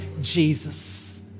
Jesus